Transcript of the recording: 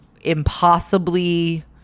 impossibly